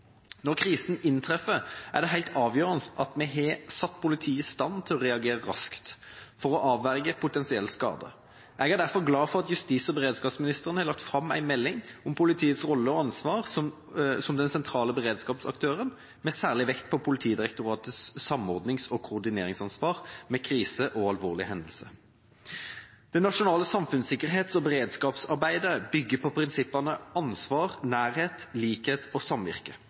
Når krisen inntreffer, er det helt avgjørende at vi har satt politiet i stand til å reagere raskt for å avverge potensiell skade. Jeg er derfor glad for at justis- og beredskapsministeren har lagt fram en melding om politiets rolle og ansvar som den sentrale beredskapsaktøren, med særlig vekt på Politidirektoratets samordnings- og koordineringsansvar ved kriser og alvorlige hendelser. Det nasjonale samfunnssikkerhets- og beredskapsarbeidet bygger på prinsippene ansvar, nærhet, likhet og samvirke